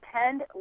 attend